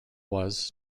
was